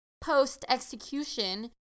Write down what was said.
post-execution